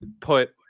put